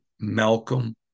Malcolm